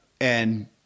And-